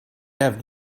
have